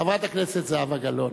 חברת הכנסת זהבה גלאון.